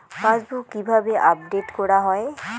Passbook কিভাবে update করা হয়?